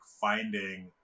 finding